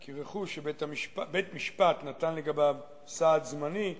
כי רכוש שבית-משפט נתן לגביו סעד זמני,